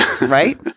right